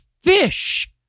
fish